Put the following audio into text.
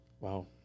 Wow